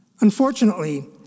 Unfortunately